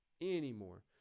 anymore